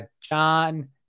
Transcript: John